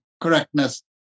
correctness